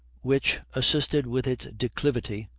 which, assisted with its declivity,